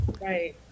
Right